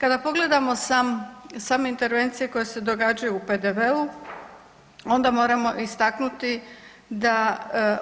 Kada pogledamo same intervencije koje se događaju u PDV-u onda moramo istaknuti da